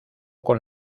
con